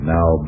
Now